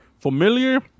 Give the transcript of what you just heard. familiar